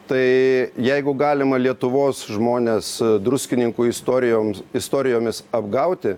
tai jeigu galima lietuvos žmones druskininkų istorijoms istorijomis apgauti